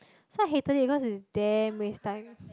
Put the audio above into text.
so I hated it cause it's damn waste time